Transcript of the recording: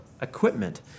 equipment